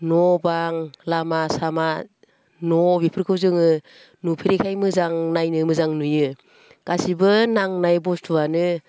न' बां लामा सामा न' बेफोरखौ जोङो नुफेरिखाय मोजां नायनो मोजां नुयो गासैबो नांनाय बुस्थुआनो